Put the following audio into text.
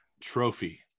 Trophy